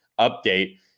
update